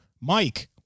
Mike